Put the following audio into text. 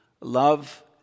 love